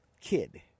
kid